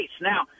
Now